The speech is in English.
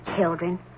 children